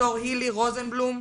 דוקטור היילי רוזנבלום,